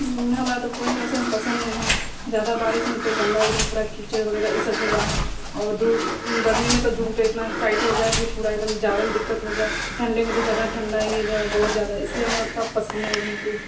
हमरा तऽ कोइ मौसम पसन्द नहि हैय जादा बारिशमे तऽ गन्दा एकदम पूरा कीचड़ वगैरह ई सब हो जा हैय आओर धूप गर्मीमे तऽ धूप एतना टाइट हो जा हैय कि पूरा एकदम जावेमे दिक्कत हो जा हैय ठण्डीमे तऽ जादा ठण्डा बहुत इसलिए हमरा ओतना पसन्द नहि हैय धूप उप